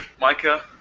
Micah